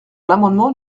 l’amendement